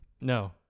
No